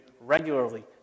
regularly